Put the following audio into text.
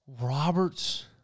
Roberts